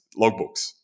logbooks